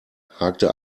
hakte